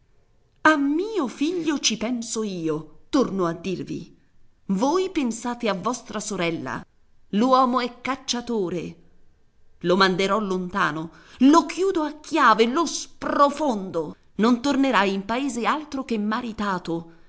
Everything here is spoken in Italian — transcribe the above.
alla scala a mio figlio ci penso io torno a dirvi voi pensate a vostra sorella l'uomo è cacciatore lo manderò lontano lo chiudo a chiave lo sprofondo non tornerà in paese altro che maritato